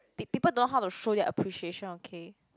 peo~ people don't know how to show their appreciation okay